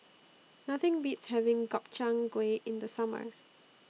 Nothing Beats having Gobchang Gui in The Summer